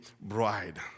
bride